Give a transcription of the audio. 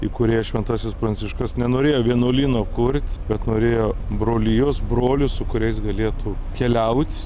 įkūrėjas šventasis pranciškus nenorėjo vienuolyno kurt bet norėjo brolijos brolių su kuriais galėtų keliaut